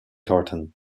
carton